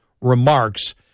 remarks